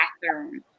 bathroom